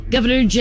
Governor